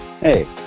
Hey